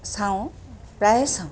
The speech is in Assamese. চাওঁ প্ৰায়ে চাওঁ